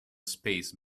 space